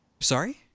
sorry